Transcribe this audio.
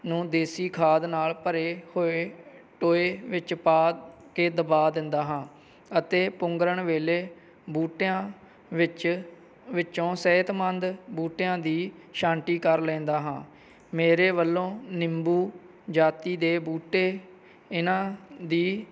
ਨੂੰ ਦੇਸੀ ਖਾਦ ਨਾਲ ਭਰੇ ਹੋਏ ਟੋਏ ਵਿੱਚ ਪਾ ਕੇ ਦਬਾ ਦਿੰਦਾ ਹਾਂ ਅਤੇ ਪੁੰਗਰਣ ਵੇਲੇ ਬੂਟਿਆਂ ਵਿੱਚ ਵਿੱਚੋਂ ਸਿਹਤਮੰਦ ਬੂਟਿਆਂ ਦੀ ਛਾਂਟੀ ਕਰ ਲੈਂਦਾ ਹਾਂ ਮੇਰੇ ਵੱਲੋਂ ਨਿੰਬੂ ਜਾਤੀ ਦੇ ਬੂਟੇ ਇਹਨਾਂ ਦੀ